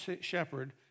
shepherd